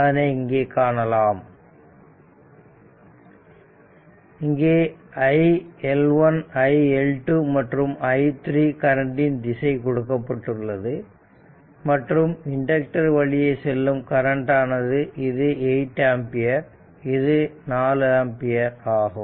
அதனை இங்கே காணலாம் இங்கே iL1 iL2 மற்றும் i3 கரண்டின் திசை கொடுக்கப்பட்டுள்ளது மற்றும் இண்டக்டர் வழியே செல்லும் கரண்ட் ஆனது இது 8 ஆம்பியர் இது 4 ஆம்பியர் ஆகும்